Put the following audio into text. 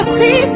see